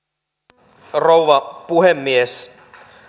arvoisa rouva puhemies